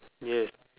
yes